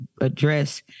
address